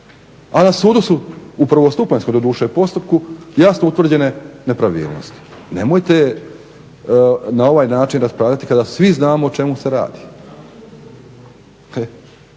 A na sudu su u prvostupanjskom doduše postupku, jasno utvrđene nepravilnosti. Nemojte na ovaj način raspravljati kada svi znamo o čemu se radi.